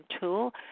tool